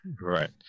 Right